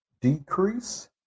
decrease